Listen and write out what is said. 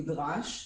נדרש".